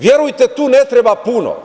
Verujte, tu ne treba puno.